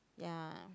ya